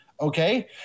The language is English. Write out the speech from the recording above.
okay